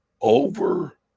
over